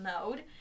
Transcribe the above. mode